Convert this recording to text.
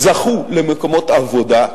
זכו במקומות עבודה,